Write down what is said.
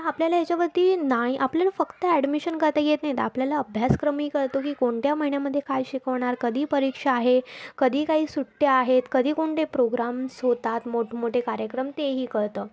आता आपल्या याच्यावरती नाही आपल्याला फक्त ॲडमिशन करता येत नाही तर आपल्याला अभ्यासक्रमही कळतो की कोणत्या महिन्यामध्ये काय शिकवणार कधी परीक्षा आहे कधी काही सुट्ट्या आहेत कधी कोणते प्रोग्राम्स होतात मोठमोठे कार्यक्रम तेही कळतं